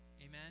amen